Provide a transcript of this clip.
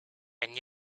and